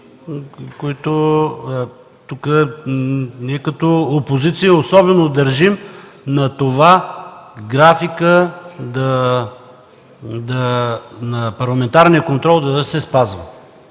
групи. Ние като опозиция особено държим на това графикът на парламентарния контрол да се спазва